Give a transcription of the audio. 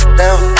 down